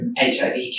HIV